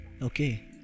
okay